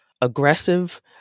aggressive